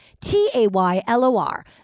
T-A-Y-L-O-R